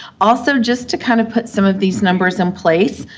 also, just to kind of put some of these numbers in place,